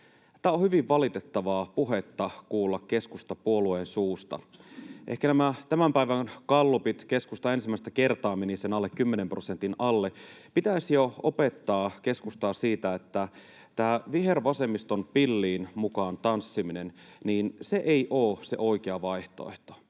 Tämä on hyvin valitettavaa puhetta kuulla keskustapuolueen suusta. Ehkä tämän päivän gallupien — keskusta ensimmäistä kertaa meni sen kymmenen prosentin alle — pitäisi jo opettaa keskustaa siitä, että tämä vihervasemmiston pillin mukaan tanssiminen ei ole se oikea vaihtoehto.